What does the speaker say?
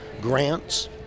grants